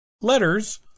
letters